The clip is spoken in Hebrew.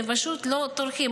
הם פשוט לא טורחים.